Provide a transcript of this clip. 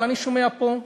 אבל אני שומע פה,